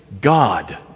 God